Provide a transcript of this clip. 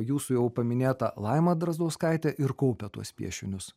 jūsų jau paminėta laima drazdauskaitė ir kaupia tuos piešinius